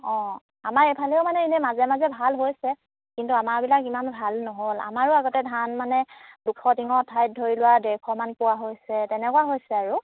অঁ আমাৰ এইফালেও মানে এনেই মাজে মাজে ভাল হৈছে কিন্তু আমাৰবিলাক ইমান ভাল নহ'ল আমাৰো আগতে ধান মানে দুশ টিঙৰ ঠাইত ধৰি লোৱা ডেৰশমান পোৱা হৈছে তেনেকুৱা হৈছে আৰু